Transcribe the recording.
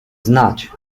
znać